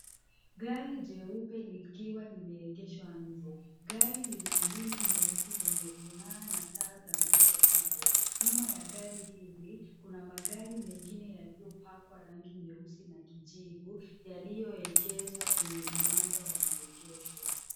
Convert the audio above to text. Gari jeupe likiwa limeegeshwa nje. Gari lina rimu nyeusi lenye kung'aa na taa za mbele kubwa. Nyuma ya gari hili kuna magari mengine yaliyopakwa rangi nyeusi na kijivu, yaliyoegeshwa kwenye uwanja wa maegesho.